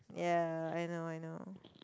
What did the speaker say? ya I know I know